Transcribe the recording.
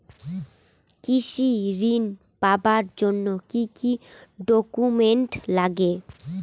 কৃষি ঋণ পাবার জন্যে কি কি ডকুমেন্ট নাগে?